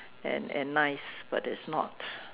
and and nice but it's not